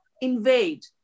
invade